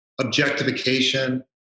objectification